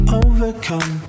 overcome